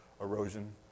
erosion